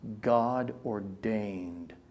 God-ordained